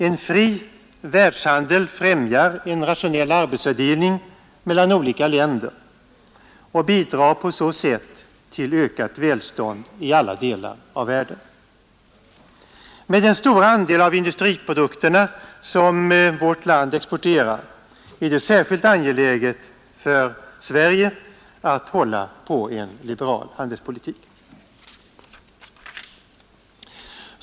En fri världshandel främjar en rationell arbetsfördelning mellan olika länder och bidrar på så sätt till ökat välstånd i alla delar av världen. Med den stora andel av industriprodukterna som vårt land exporterar är det särskilt angeläget för Sverige att hålla på en liberal handelspolitik.